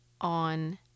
on